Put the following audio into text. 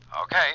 Okay